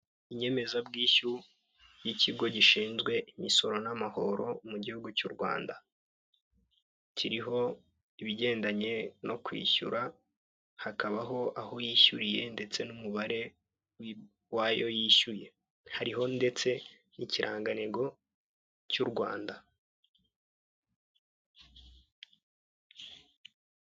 Inyemeza bwishyu y'ikigo gishinzwe imisoro n'amahoro mu gihugu cy'u Rwanda. Kiriho ibigendanye no kwishyura, hakabaho aho yishyuriye, ndetse n'umubare w'ayo yishyuye. Hari ndetse n'ikirangantego cy'u Rwanda.